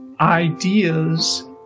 ideas